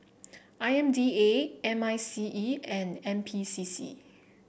I M D A M I C E and N P C C